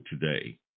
today